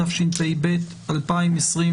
התשפ"ב-2021.